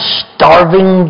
starving